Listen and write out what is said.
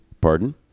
Pardon